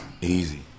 Easy